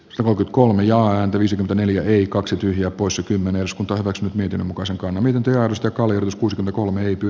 salo kolme ja antaisit aneljä ei kaksi tyhjää poissa kymmenes kutoivat miten muka sekaantuminen työllistä kaljus kuusi kolme ricky